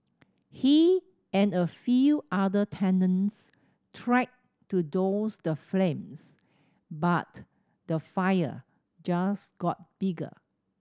he and a few other tenants tried to douse the flames but the fire just got bigger